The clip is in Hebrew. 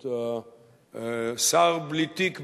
את השר בלי תיק בגין,